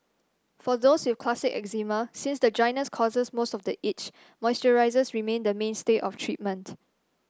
for those with classic eczema since the dryness causes most of the itch moisturisers remain the mainstay of treatment